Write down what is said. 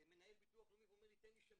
מנהל ביטוח לאומי ואומר לי, תן לי שמות.